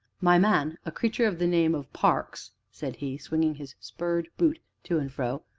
my man, a creature of the name of parks, said he, swinging his spurred boot to and fro,